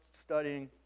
studying